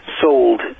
sold